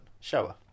Shower